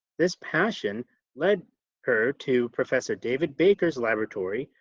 this passion led her to professor david baker's laboratory,